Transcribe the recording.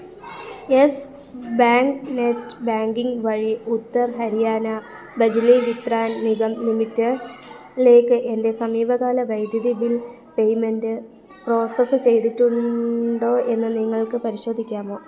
yes bank net banking വഴി ഉത്തർ ഹരിയാന ബജ്ലി വിത്രാൻ നിഗം ലിമിറ്റഡ്ലേക്ക് എൻ്റെ സമീപകാല വൈദ്യുതി ബിൽ പേയ്മെൻ്റ് പ്രോസസ്സ് ചെയ്തിട്ടുണ്ടോ എന്ന് നിങ്ങൾക്ക് പരിശോധിക്കാമോ